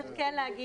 צריך כן להגיד,